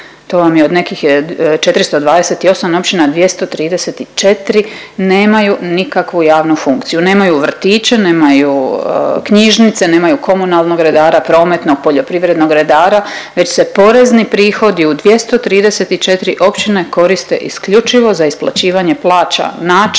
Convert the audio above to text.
To vam je od nekih 428 općina, 234 nemaju nikakvu javnu funkciju, nemaju vrtiće, nemaju knjižnice, nemaju komunalnog redara, prometnog, poljoprivrednog redara već se porezni prihodi u 234 općine koriste isključivo za isplaćivanje plaća